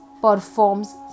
performs